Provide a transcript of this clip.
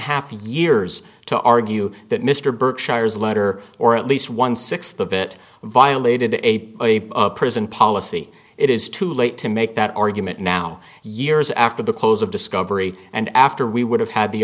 half years to argue that mr berkshire's letter or at least one sixth of it violated a prison policy it is too late to make that argument now years after the close of discovery and after we would have had the